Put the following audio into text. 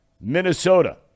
Minnesota